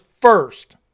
first